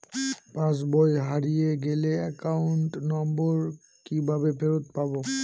পাসবই হারিয়ে গেলে account number কিভাবে ফেরত পাব?